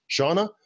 Shauna